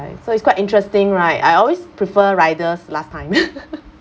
so it's quite interesting right I always prefer riders last time